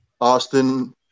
Austin